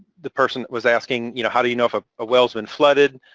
the person was asking, you know how do you know if a well's been flooded?